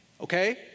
Okay